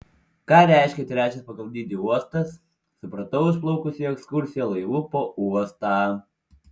ką reiškia trečias pagal dydį uostas supratau išplaukus į ekskursiją laivu po uostą